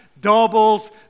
Doubles